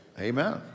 Amen